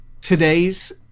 Today's